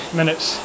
minutes